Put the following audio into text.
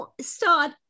start